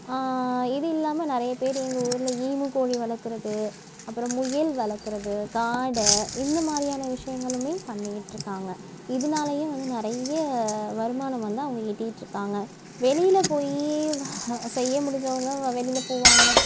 இது இல்லாமல் நிறைய பேர் எங்கள் ஊரில் ஈமு கோழி வளர்க்கறது அப்பறம் முயல் வளர்க்கறது காடை இந்த மாதிரியான விஷயங்களும் பண்ணிகிட்டுருக்காங்க இதுனாலேயும் வந்து நிறைய வருமானம் வந்து அவங்க ஈட்டியிட்டுருக்காங்க வெளியில் போய் செய்ய முடிஞ்சவங்க வ வெளியில் போவாங்க